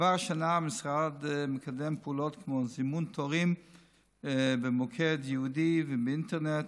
כבר השנה המשרד מקדם פעולות כמו זימון תורים במוקד ייעודי ובאינטרנט,